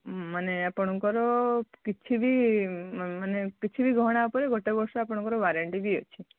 ମାନେ ଆପଣଙ୍କର କିଛି ବି ମାନେ କିଛି ବି ଗହଣା ଉପରେ ଗୋଟେ ବର୍ଷ ଆପଣଙ୍କର ୱାରେଣ୍ଟି ବି ଅଛି